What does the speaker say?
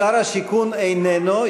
שר השיכון איננו.